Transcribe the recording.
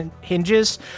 hinges